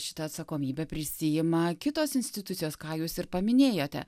šitą atsakomybę prisiima kitos institucijos ką jūs ir paminėjote